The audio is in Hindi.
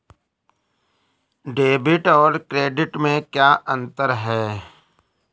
डेबिट और क्रेडिट में क्या अंतर है?